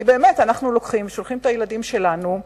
כי באמת, אנחנו שולחים את הילדים שלנו,